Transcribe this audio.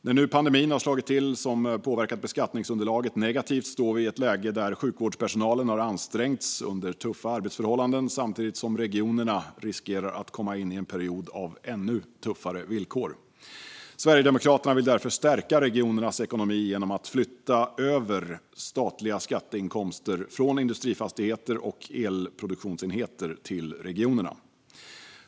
Nu när pandemin har slagit till och påverkat beskattningsunderlaget negativt står vi i ett läge där sjukvårdspersonalen har ansträngts under tuffa arbetsförhållanden samtidigt som regionerna riskerar att komma in i en period av ännu tuffare villkor. Sverigedemokraterna vill därför stärka regionernas ekonomi genom att flytta över statliga skatteinkomster från industrifastigheter och elproduktionsenheter till regionerna.